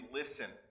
listen